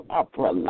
opera